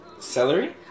Celery